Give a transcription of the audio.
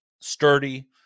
sturdy